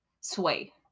sway